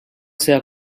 seva